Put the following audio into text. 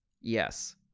yes